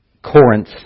Corinth